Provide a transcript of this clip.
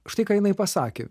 štai ką jinai pasakė